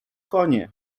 konie